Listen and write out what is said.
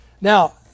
Now